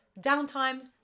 downtimes